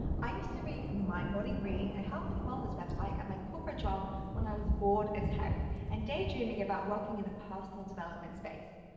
i used to read mindbodygreen, a health and wellness website, at my corporate job when i was bored as heck and daydreaming about working in a personal development space.